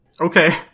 Okay